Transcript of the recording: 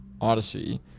Odyssey